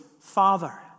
Father